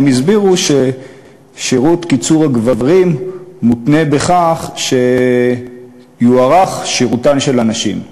הם הסבירו שקיצור שירות הגברים מותנה בהארכת שירותן של הנשים.